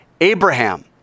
Abraham